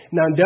Now